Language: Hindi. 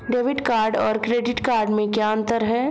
डेबिट कार्ड और क्रेडिट कार्ड में क्या अंतर है?